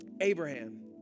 Abraham